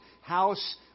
house